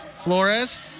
Flores